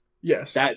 Yes